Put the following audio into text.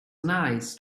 nice